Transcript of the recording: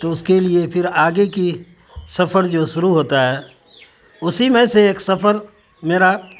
تو اس کے لیے پھر آگے کی سفر جو شروع ہوتا ہے اسی میں سے ایک سفر میرا